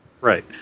Right